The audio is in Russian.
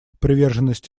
приверженность